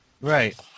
Right